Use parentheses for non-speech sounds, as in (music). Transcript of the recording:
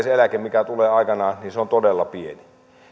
(unintelligible) se eläke mikä tulee aikanaan on todella pieni